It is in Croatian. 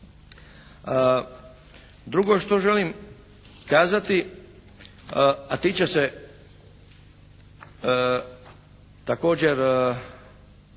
Drugo što želim kazati, a tiče se također